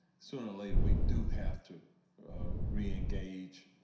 so and later we do have to re engage.